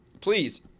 please